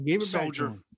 soldier